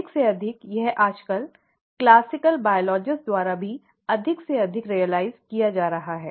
अधिक से अधिक यह आजकल क्लासिकल जीवविज्ञानी द्वारा भी अधिक से अधिक महसूस किया जा रहा है